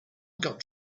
got